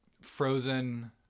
Frozen